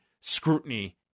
scrutiny